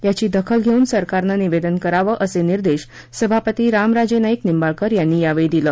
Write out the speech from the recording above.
याची दखल घेऊन सरकारनं निवेदन करावं असे निर्देश सभापती रामराजे नाईक निंबाळकर यांनी यावेळी दिले